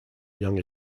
young